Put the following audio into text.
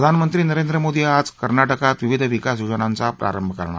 प्रधानमंत्री नरेंद्र मोदी यांनी आज कर्नाटकात विविध विकासयोजनांचा प्रारंभ केला